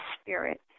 spirit